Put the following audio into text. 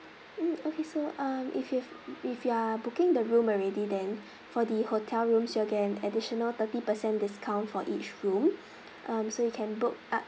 mm okay so um if if if you are booking the room already then for the hotel rooms you'll get an additional thirty percent discount for each room um so you can book up